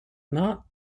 not